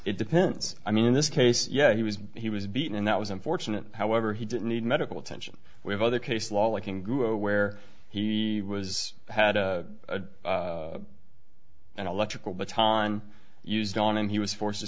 it depends i mean in this case yeah he was he was beaten and that was unfortunate however he didn't need medical attention we have other case law liking where he was had a an electrical baton used on him he was forced to